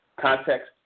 context